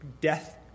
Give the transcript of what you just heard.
death